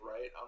right